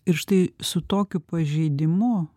ir štai su tokiu pažeidimu